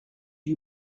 you